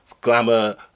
glamour